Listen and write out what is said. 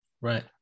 Right